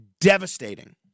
devastating